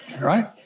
Right